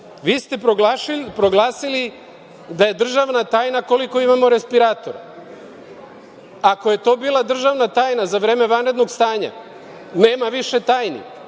vi ste proglasili da je državna tajna koliko imamo respiratora. Ako je to bila državna tajna za vreme vanrednog stanja, nema više tajni,